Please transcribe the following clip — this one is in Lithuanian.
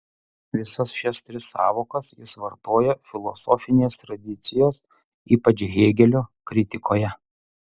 visas šias tris sąvokas jis vartoja filosofinės tradicijos ypač hėgelio kritikoje